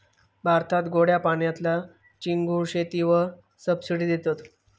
भारतात गोड्या पाण्यातल्या चिंगूळ शेतीवर सबसिडी देतत